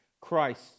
Christ